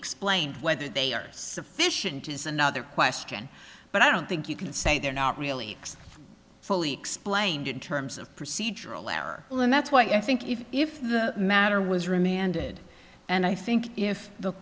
explained whether they are sufficient is another question but i don't think you can say they're not really fully explained in terms of procedural error and that's why i think if if the matter was remanded and i think if the